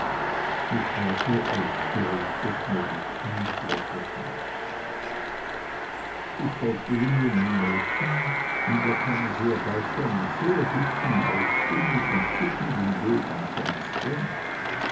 ich war so aufgeregt daß mir die kniee schlotterten ich folgte dem jungen mädchen und wir kamen sehr bald zu einem sehr hübschen häuschen mit